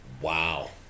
Wow